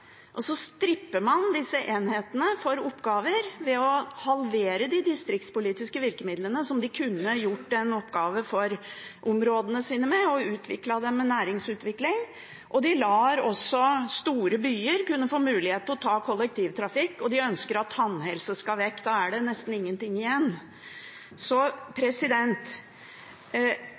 og så stripper man disse enhetene for oppgaver ved å halvere de distriktspolitiske virkemidlene som de kunne gjort en oppgave for områdene sine med, og utviklet dem med næringsutvikling. De lar store byer få mulighet til å ta kollektivtrafikk, og de ønsker at tannhelse skal vekk. Da er det nesten ingenting igjen.